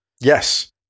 Yes